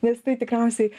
nes tai tikriausiai